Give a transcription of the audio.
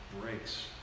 breaks